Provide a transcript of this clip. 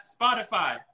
Spotify